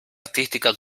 artística